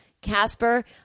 Casper